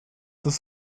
das